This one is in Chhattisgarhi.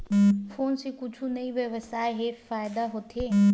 फोन से कुछु ई व्यवसाय हे फ़ायदा होथे?